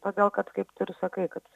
todėl kad kaip tu ir sakai kad